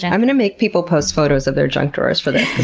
yeah i'm gonna make people post photos of their junk drawers for this,